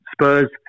Spurs